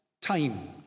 time